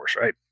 right